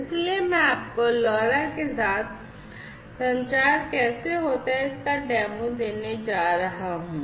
इसलिए अब मैं आपको LoRa के साथ संचार कैसे होता है इसका डेमो देने जा रहा हूं